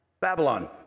Babylon